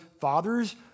fathers